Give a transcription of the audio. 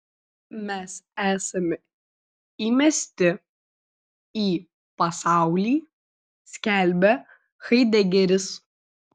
mes esame įmesti į pasaulį skelbia haidegeris